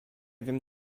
wiem